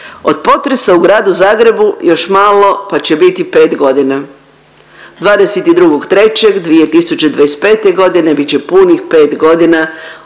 Od potresa u Gradu Zagrebu još malo pa će biti 5 godina, 22.3.2025. godine bit će punih 5 godina